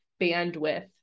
bandwidth